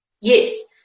Yes